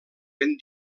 ben